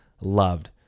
loved